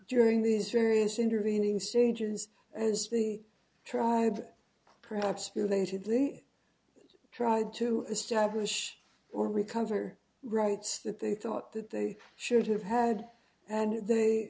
during these various intervening stages as the tribe perhaps moving to the tried to establish or recover rights that they thought that they should have had and they